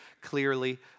clearly